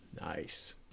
Nice